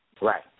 Right